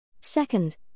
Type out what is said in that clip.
Second